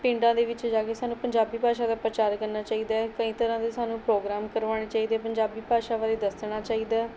ਪਿੰਡਾਂ ਦੇ ਵਿੱਚ ਜਾ ਕੇ ਸਾਨੂੰ ਪੰਜਾਬੀ ਭਾਸ਼ਾ ਦਾ ਪ੍ਰਚਾਰ ਕਰਨਾ ਚਾਹੀਦਾ ਹੈ ਕਈ ਤਰ੍ਹਾਂ ਦੇ ਸਾਨੂੰ ਪ੍ਰੋਗਰਾਮ ਕਰਵਾਉਣੇ ਚਾਹੀਦੇ ਪੰਜਾਬੀ ਭਾਸ਼ਾ ਬਾਰੇ ਦੱਸਣਾ ਚਾਹੀਦਾ